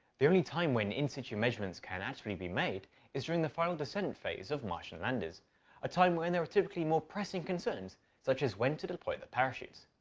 the only time when in-situ measurements can actually be made is during the final descent phase of martian landers a time when there are typically more pressing concerns such as when to deploy the parachutes.